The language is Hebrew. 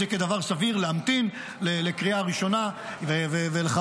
זה כדבר סביר להמתין לקריאה ראשונה ולחבר,